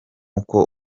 uko